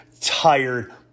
tired